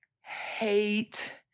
hate